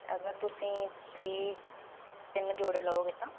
ਅਗਰ ਤੁਸੀਂ ਥ੍ਰੀ ਤਿੰਨ ਜੋੜੇ ਲਓਗੇ ਤਾਂ